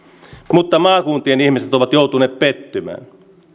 mutta maakuntien ihmiset ovat joutuneet pettymään